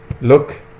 Look